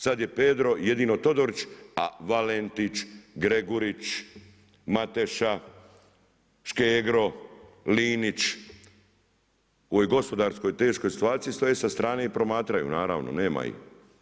Sad je Pedro jedino Todorić a Valentić, Gregurić, Mateša, Škegro, Linić o ovoj gospodarskoj teškoj situaciji stoje sa strane i promatraju, naravno, nema ih.